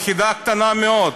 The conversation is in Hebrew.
יחידה קטנה מאוד,